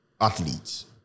athletes